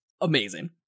Amazing